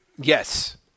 Yes